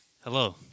hello